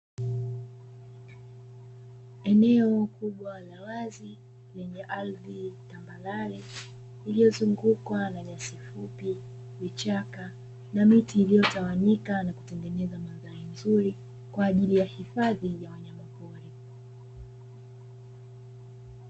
Eneo kubwa la wazi lenye ardhi tambarare iliyozungukwa na nyasi fupi ,vichaka na miti iliyotawanyika na kutengeneza madhari nzuri kwa ajili ya hifadhi ya wanyama pori.